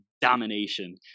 domination